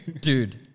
dude